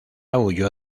huyó